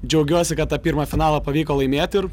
džiaugiuosi kad tą pirmą finalą pavyko laimėt ir